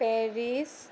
Paris